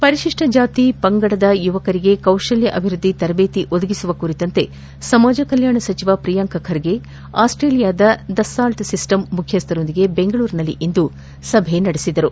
ಪರಿಶಿಷ್ಟ ಜಾತಿ ಪಂಗಡ ಯುವಕರಿಗೆ ಕೌಶಲ್ಯ ಅಭಿವೃದ್ಧಿ ತರಬೇತಿ ಒದಗಿಸುವ ಕುರಿತಂತೆ ಸಮಾಜ ಕಲ್ಕಾಣ ಸಚಿವ ಪ್ರಿಯಾಂಕ ಖರ್ಗೆ ಆಸ್ಟೇಲಿಯಾದ ಡಸಾಲ್ಟ್ ಸಿಸ್ಟಮ್ ಮುಖ್ಯಸ್ಥರೊಂದಿಗೆ ಬೆಂಗಳೂರಿನಲ್ಲಿಂದು ಸಭೆ ನಡೆಸಿದರು